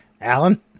Alan